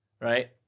right